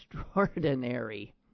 extraordinary